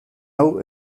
hau